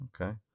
okay